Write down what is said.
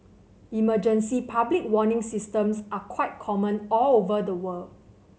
emergency public warning systems are quite common all over the world